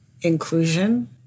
inclusion